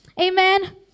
Amen